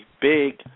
Big